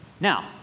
now